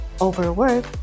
overwork